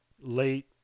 late